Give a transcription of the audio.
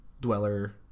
dweller